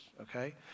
okay